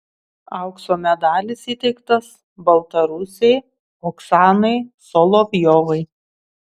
aukso medalis įteiktas baltarusei oksanai solovjovai